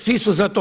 Svi su za to.